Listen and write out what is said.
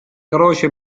croce